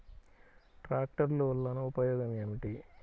ట్రాక్టర్లు వల్లన ఉపయోగం ఏమిటీ?